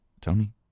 Tony